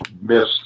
missed